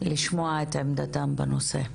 לשמוע את עמדתם בנושא.